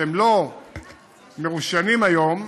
שהם לא מרושיינים היום,